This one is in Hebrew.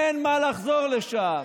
אין מה לחזור לשם.